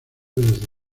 desde